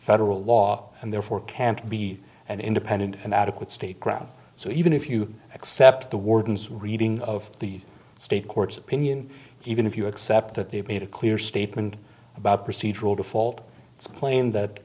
federal law and therefore can't be an independent and adequate state ground so even if you accept the warden's reading of the state courts opinion even if you accept that they have made a clear statement about procedural default it's plain that